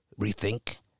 rethink